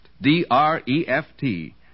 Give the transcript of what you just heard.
D-R-E-F-T